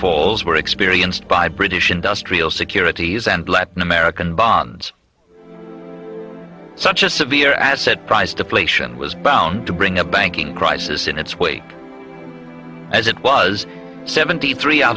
tolls were experienced by british industrial securities and latin american bonds such a severe asset price deflation was bound to bring a banking crisis in its wake as it was seventy three out